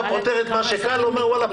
אתה פותר את מה שקל ואומר: ואללה,